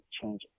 change